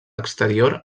exterior